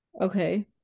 okay